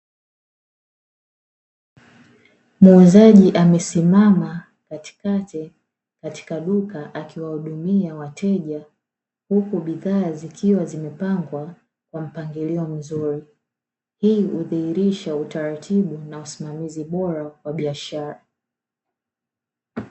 Muuzaji amesimama katikati katika duka, akiwahudumia wateja huku bidhaa zikiwa zimepangwa kwa mpangilio mzuri. Hii hudhihirisha utaratibu na usimamizi bora wa biashara.